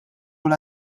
kull